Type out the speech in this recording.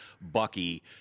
Bucky